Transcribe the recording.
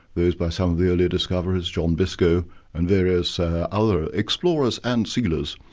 those by some of the early discoverers, john biscoe and various other explorers and sealers,